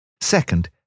Second